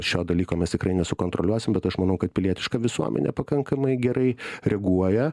šio dalyko mes tikrai nesukontroliuosim bet aš manau kad pilietiška visuomenė pakankamai gerai reaguoja